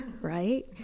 right